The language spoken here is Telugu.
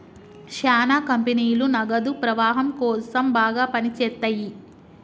శ్యానా కంపెనీలు నగదు ప్రవాహం కోసం బాగా పని చేత్తయ్యి